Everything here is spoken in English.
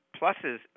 pluses